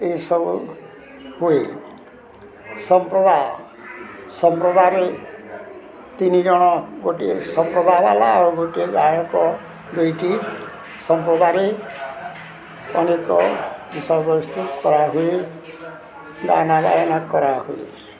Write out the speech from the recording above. ଏଇସବୁ ହୁଏ ସମ୍ପ୍ରଦାୟ ସମ୍ପ୍ରଦାୟରେ ତିନିଜଣ ଗୋଟିଏ ସମ୍ପ୍ରଦାୟ ବାଲା ଆଉ ଗୋଟିଏ ଗାୟକ ଦୁଇଟି ସମ୍ପ୍ରଦାୟରେ ଅନେକ ବିଷବସ୍ତି କରାହୁୁଏ ଗାନ କରାହୁଏ